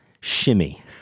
shimmy